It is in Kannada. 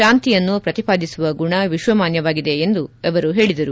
ಶಾಂತಿಯನ್ನು ಪ್ರತಿಪಾದಿಸುವ ಗುಣ ವಿಶ್ವಮಾನ್ಯವಾಗಿದೆ ಎಂದು ಹೇಳಿದರು